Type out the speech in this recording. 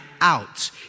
out